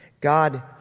God